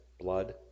blood